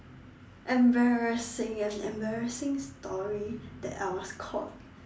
embarrassing an embarrassing story that I was caught